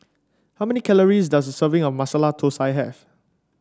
how many calories does a serving of Masala Thosai have